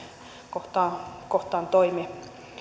kohtaan toimi